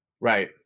right